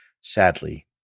Sadly